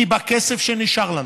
כי הכסף שנשאר לנו,